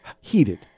heated